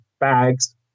Bags